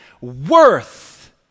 worth